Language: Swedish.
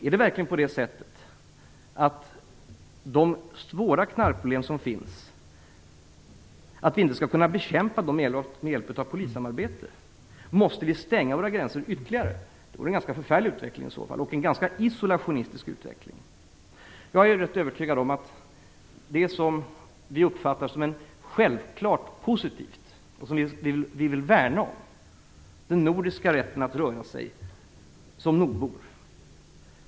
Är det verkligen på det sättet att vi inte skall kunna bekämpa de svåra knarkproblem som finns med hjälp av polissamarbete? Måste vi stänga våra gränser ytterligare? Det är i så fall en ganska förfärlig utveckling och en ganska isolationistisk utveckling. Jag är rätt övertygad om att det som vi uppfattar som självklart positivt, som vi vill värna om, är den nordiska rätten att röra sig fritt som nordbor.